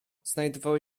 znajdowały